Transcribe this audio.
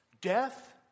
death